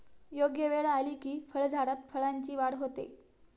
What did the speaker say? योग्य वेळ आली की फळझाडात फळांची वाढ होते